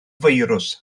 firws